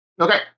Okay